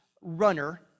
runner